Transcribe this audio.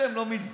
אתם לא מתביישים?